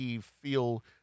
feel